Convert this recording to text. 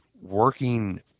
working